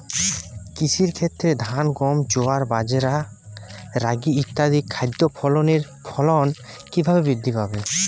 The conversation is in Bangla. কৃষির ক্ষেত্রে ধান গম জোয়ার বাজরা রাগি ইত্যাদি খাদ্য ফসলের ফলন কীভাবে বৃদ্ধি পাবে?